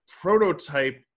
prototype